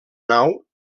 nau